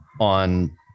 on